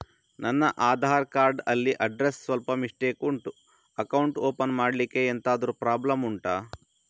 ನನ್ನ ಆಧಾರ್ ಕಾರ್ಡ್ ಅಲ್ಲಿ ಅಡ್ರೆಸ್ ಸ್ವಲ್ಪ ಮಿಸ್ಟೇಕ್ ಉಂಟು ಅಕೌಂಟ್ ಓಪನ್ ಮಾಡ್ಲಿಕ್ಕೆ ಎಂತಾದ್ರು ಪ್ರಾಬ್ಲಮ್ ಉಂಟಾ